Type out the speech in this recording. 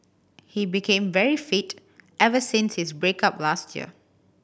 he became very fit ever since his break up last year